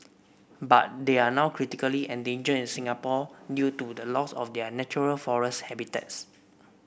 but they are now critically endangered in Singapore due to the loss of their natural forest habitats